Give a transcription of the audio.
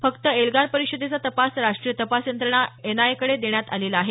फक्त एल्गार परिषदेचा तपास राष्ट्रीय तपास यंत्रणा एनआयएकडे देण्यात आलेला आहे